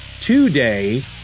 today